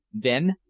then,